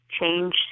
change